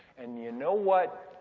and you know what,